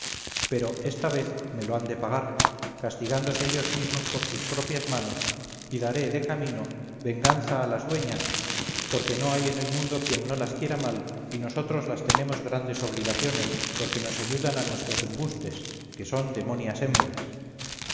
pero esta vez me lo han de pagar castigándose ellos mismos por sus propias manos y daré de camino venganza a las dueñas porque no hay en el mundo quien no las quiera mal y nosotros las tenemos grandes obligaciones porque nos ayudan a nuestros embustes que son demonias hembras